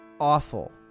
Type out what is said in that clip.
awful